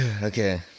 Okay